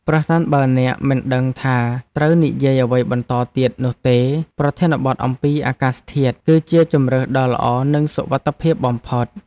ប្រសិនបើអ្នកមិនដឹងថាត្រូវនិយាយអ្វីបន្តទៀតនោះទេ ប្រធានបទអំពីអាកាសធាតុគឺជាជម្រើសដ៏ល្អនិងសុវត្ថិភាពបំផុត។